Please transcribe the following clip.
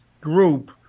group